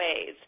ways